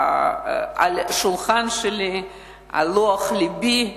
השולחן שלי ועל לוח לבי.